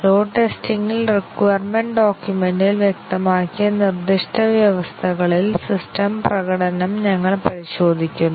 load ടെസ്റ്റിംഗിൽ requirement ഡോക്യുമെന്റിൽ വ്യക്തമാക്കിയ നിർദ്ദിഷ്ട വ്യവസ്ഥകളിൽ സിസ്റ്റം പ്രകടനം ഞങ്ങൾ പരിശോധിക്കുന്നു